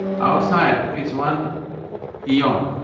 outside it's one eon